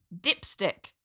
Dipstick